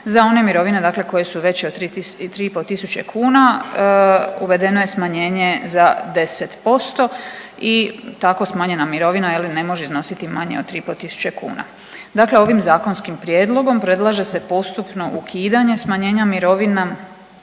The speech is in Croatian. za one mirovine dakle koje su veće od 3,5 tisuće kuna, uvedeno je smanjenje za 10% i tako smanjena mirovina je li ne može iznositi manje od 3,5 tisuće kuna. Dakle ovim zakonskim prijedlogom predlaže se postupno ukidanje smanjenja mirovina,